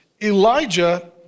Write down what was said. Elijah